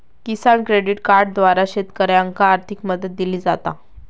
किसान credit कार्डद्वारा शेतकऱ्यांनाका आर्थिक मदत दिली जाता